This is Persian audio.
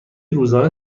روزانه